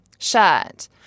Shirt